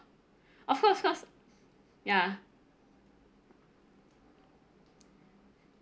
of course of course ya